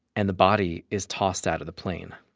and the body is tossed out of the plane.